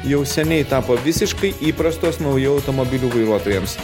jau seniai tapo visiškai įprastos naujų automobilių vairuotojams